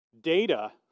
data